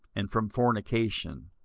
and from fornication,